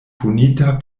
punita